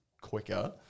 quicker